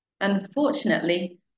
Unfortunately